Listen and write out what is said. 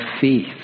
faith